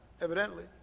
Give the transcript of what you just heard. evidently